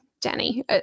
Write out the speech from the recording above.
Danny